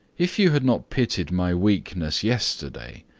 if you had not pitied my weakness yesterday,